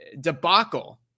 debacle